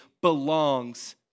belongs